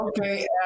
Okay